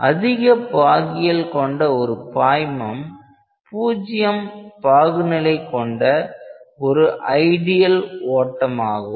அதிக பாகியல் கொண்ட ஒரு பாய்மம் பூஜ்ஜியம் பாகுநிலை கொண்ட ஒரு ஐடியல் ஓட்டமாகும்